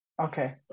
Okay